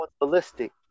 ballistic